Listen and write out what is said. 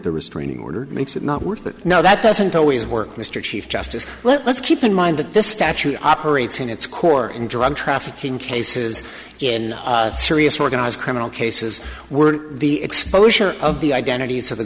the restraining order makes it not worth it no that doesn't always work mr chief justice let's keep in mind that this statute operates in its core in drug trafficking cases in serious organized criminal cases were the exposure of the identit